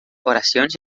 oracions